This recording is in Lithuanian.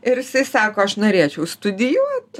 ir jisai sako aš norėčiau studijuot